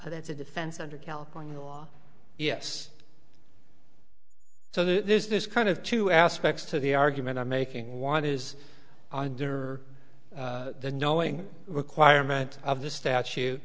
that's a defense under california law yes so there's this kind of two aspects to the argument i'm making one is under the knowing requirement of the statu